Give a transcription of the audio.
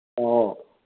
ꯑꯣ